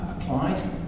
applied